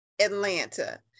Atlanta